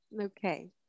Okay